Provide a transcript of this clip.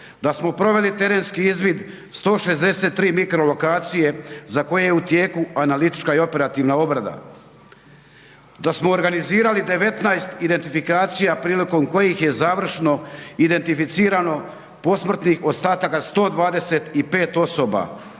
Da smo proveli terenski izvid 163 mikro lokacije za koje je u tijeku analitička i operativna obrada, da smo organizirali 19 identifikacija prilikom kojih je završno identificirano posmrtnih ostataka 125 osoba,